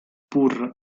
pur